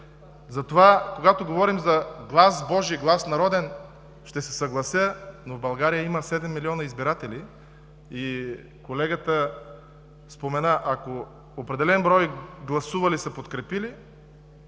Затова когато говорим за глас Божи, глас народен, ще се съглася, но в България има 7 милиона избиратели. Колегата спомена – ако определен брой гласували са подкрепили,